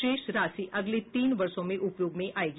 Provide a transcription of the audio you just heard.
शेष राशि अगले तीन वर्षों में उपयोग में आयेगी